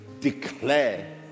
declare